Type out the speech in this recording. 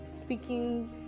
speaking